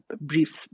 brief